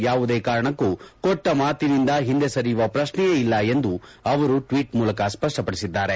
ಯಾವುದೇ ಕಾರಣಕ್ಕೂ ಕೊಟ್ಟ ಮಾತಿನಿಂದ ಹಿಂದೆ ಸರಿಯುವ ಪ್ರಶ್ನೆಯೇ ಇಲ್ಲ ಎಂದು ಅವರು ಟ್ವೀಟ್ ಮೂಲಕ ಸ್ವಷ್ವವದಿಸಿದ್ದಾರೆ